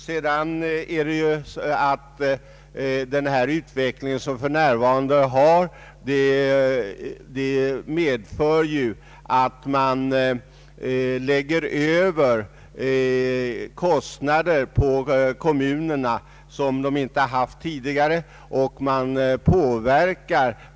Vidare medför den nuvarande utvecklingen att kostnader läggs över på kommunerna som dessa inte haft tidigare.